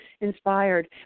inspired